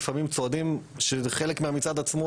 לפעמים צועדים שהם חלק מהמצעד עצמו,